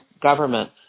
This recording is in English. government